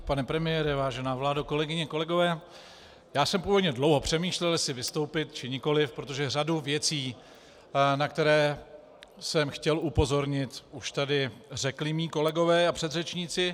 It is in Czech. Pane premiére, vážená vládo, kolegyně, kolegové, já jsem původně dlouho přemýšlel, jestli vystoupit, či nikoli, protože řadu věcí, na které jsem chtěl upozornit, už tady řekli mí kolegové a předřečníci.